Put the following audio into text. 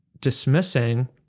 Dismissing